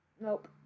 Nope